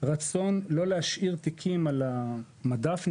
רצון לא להשאיר תיקים בארון,